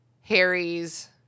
Harry's